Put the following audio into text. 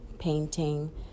Painting